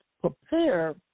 prepare